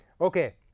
Okay